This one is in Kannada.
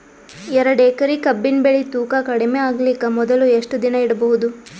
ಎರಡೇಕರಿ ಕಬ್ಬಿನ್ ಬೆಳಿ ತೂಕ ಕಡಿಮೆ ಆಗಲಿಕ ಮೊದಲು ಎಷ್ಟ ದಿನ ಇಡಬಹುದು?